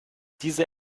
diese